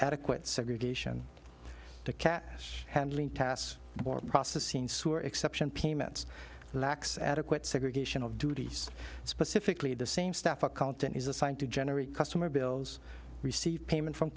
adequate segregation to cash handling tasks more processing sewer exception payments lacks adequate segregation of duties specifically the same staff accountant is assigned to generate customer bills receive payment from